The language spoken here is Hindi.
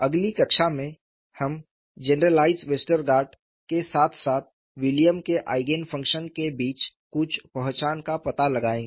अगली कक्षा में हम जेनरलाइज़्ड वेस्टरगार्ड के साथ साथ विलियम के आईगेन फ़ंक्शन के बीच कुछ पहचान का पता लगाएंगे